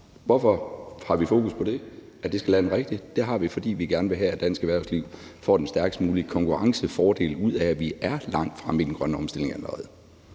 Hvorfor har vi fokus på det, og at det skal lande rigtigt? Det har vi, fordi vi gerne vil have, at dansk erhvervsliv får den stærkest mulige konkurrencefordel ud af, at vi er langt fremme i den grønne omstilling allerede.